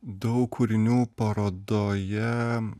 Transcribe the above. daug kūrinių parodoje